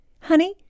Honey